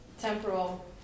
temporal